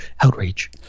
outrage